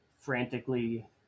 frantically